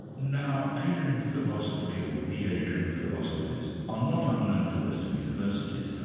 now asian philosophy, or the asian philosophies are not unknown to western universities,